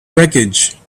wreckage